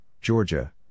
Georgia